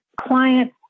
client